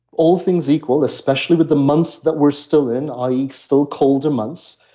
all things equal, especially with the months that we're still in i e. still colder months.